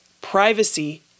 privacy